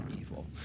evil